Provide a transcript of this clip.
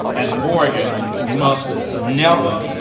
and morgan must never,